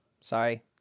Sorry